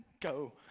go